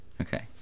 Okay